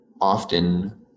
often